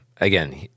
again